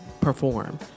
perform